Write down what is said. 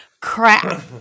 crap